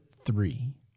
three